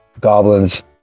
goblins